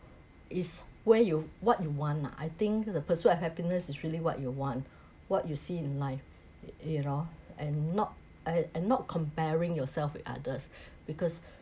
it's where you what you want lah I think the pursuit of happiness is really what you want what you see in life you know and not and and not comparing yourself with others because